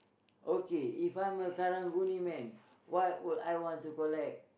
okay if I'm a karang-guni man what would I want to collect